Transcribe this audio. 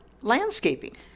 landscaping